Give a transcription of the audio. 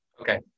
Okay